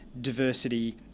diversity